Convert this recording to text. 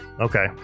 okay